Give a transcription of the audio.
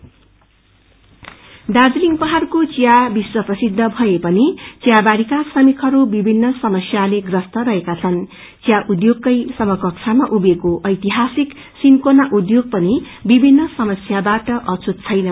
cinchona Darjeeling पहाइको विया विश्व प्रसिद्ध भए पनि चियाबारीका श्रमिकहरू विभिन्न समस्याले प्रस्त रहेका छन् विया उच्योगकै समकक्षमा उभिएको ऐतिहासिक सिन्कोना उच्योग पनि विभिन् समस्याबाट अछूत छैन